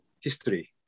history